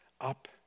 up